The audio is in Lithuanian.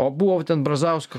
o buvo ten brazausko